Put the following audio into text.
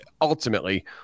ultimately